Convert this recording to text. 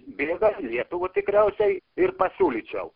bėga į lietuvą tikriausiai ir pasiūlyčiau